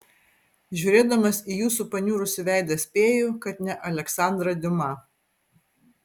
žiūrėdamas į jūsų paniurusį veidą spėju kad ne aleksandrą diuma